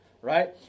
right